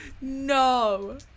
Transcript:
No